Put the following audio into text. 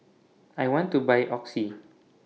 I want to Buy Oxy